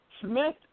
Smith